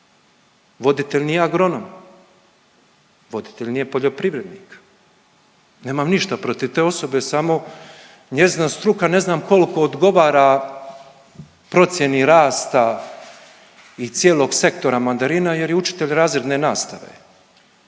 Voditelj nije agronom, voditelj nije poljoprivrednik. Nemam ništa protiv te osobe, samo njezina struka ne znam koliko odgovara procjeni rasta i cijelog sektora mandarina jer je učitelj razredne nastave